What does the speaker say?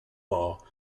law